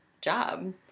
job